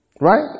right